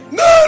no